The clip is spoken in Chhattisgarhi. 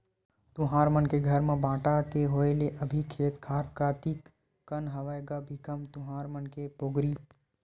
तुँहर मन के घर म बांटा के होय ले अभी खेत खार कतिक कन हवय गा भीखम तुँहर मन के पोगरी?